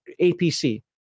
APC